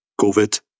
COVID